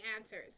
answers